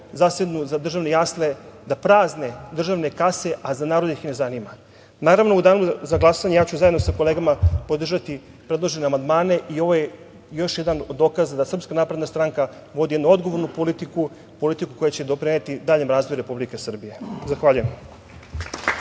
zasednu za državne jasle, da prazne državne kase, a narod ih ne zanima. Naravno, u danu za glasanje ja ću zajedno sa kolegama podržati predložene amandmane. Ovo je još jedan od dokaza da SNS vodi jednu odgovornu politiku, politiku koja će doprineti daljem razvoju Republike Srbije. Zahvaljujem.